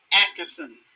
Atkinson